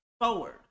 forward